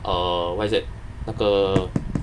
err what's that 那个